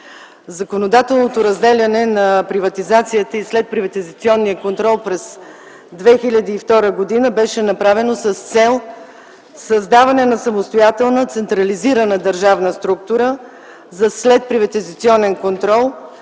Законодателното разделяне на приватизацията и следприватизационния контрол през 2002 г. беше направено с цел създаване на самостоятелна централизирана държавна структура за следприватизационен контрол,